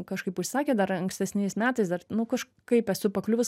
kažkaip užsakė dar ankstesniais metais dar nu kažkaip esu pakliuvus